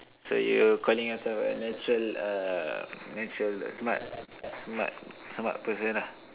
so you calling yourself a natural uh natural the smart smart smart person lah